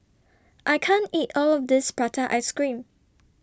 I can't eat All of This Prata Ice Cream